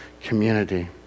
community